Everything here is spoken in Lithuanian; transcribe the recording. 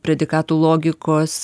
predikatų logikos